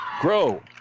grow